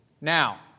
Now